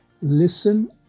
Listen